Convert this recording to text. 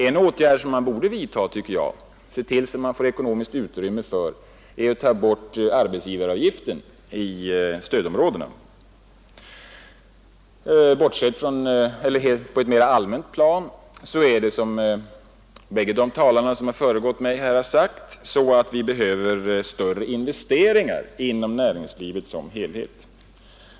En åtgärd som jag anser att man bör se till att få ekonomiskt utrymme för är att ta bort arbetsgivaravgiften i stödområdena. Mer allmänt sett behöver vi, såsom de båda föregående talarna framhållit, större investeringar inom näringslivet som helhet.